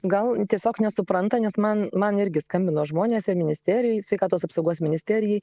gal tiesiog nesupranta nes man man irgi skambino žmonės ir ministerijai sveikatos apsaugos ministerijai